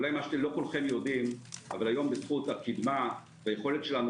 היום בזכות הקדמה והיכולת שלנו,